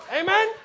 Amen